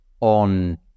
on